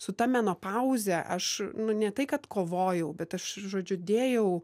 su ta menopauze aš nu ne tai kad kovojau bet aš žodžiu dėjau